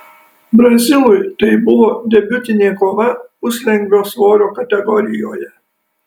brazilui tai buvo debiutinė kova puslengvio svorio kategorijoje